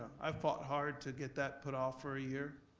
i fought hard to get that put off for a year.